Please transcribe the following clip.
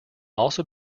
also